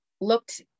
looked